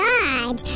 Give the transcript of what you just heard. God